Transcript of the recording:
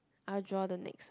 I'll draw the next